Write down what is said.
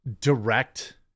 direct